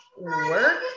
work